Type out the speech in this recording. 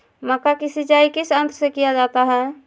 मक्का की सिंचाई किस यंत्र से किया जाता है?